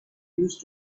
used